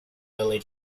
early